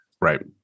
Right